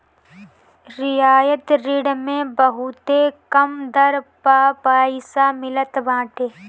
रियायती ऋण मे बहुते कम दर पअ पईसा मिलत बाटे